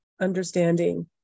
understanding